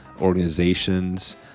organizations